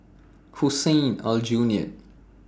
Hussein Aljunied